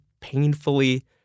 painfully